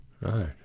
Right